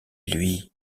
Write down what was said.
lui